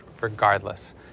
regardless